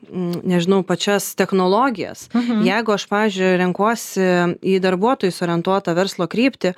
nežinau pačias technologijas jeigu aš pavyzdžiui renkuosi į darbuotojus orientuotą verslo kryptį